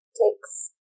takes-